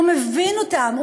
הוא מבין אותם,